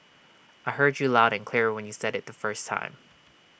I heard you loud and clear when you said IT the first time